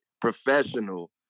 Professional